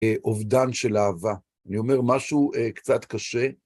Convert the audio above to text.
אובדן של אהבה. אני אומר משהו קצת קשה.